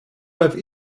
have